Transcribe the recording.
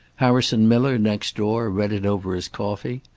harrison miller, next door, read it over his coffee.